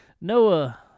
Noah